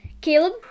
Caleb